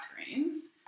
screens